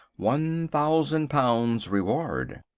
one thousand pounds reward.